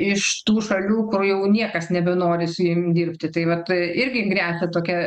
iš tų šalių kur jau niekas nebenori su jiem dirbti tai vat tai irgi gresia tokia